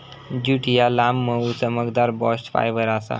jute ह्या लांब, मऊ, चमकदार बास्ट फायबर आसा